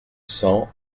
cent